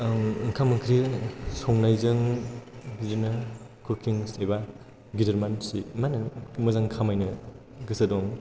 आं ओंखाम ओंख्रि संनायजों बिदिनो कुकिं एबा गिदिर मानसि मा होनो मोजां खामायनो गोसो दं